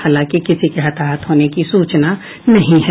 हालांकि किसी के हताहत होने की सूचना नहीं है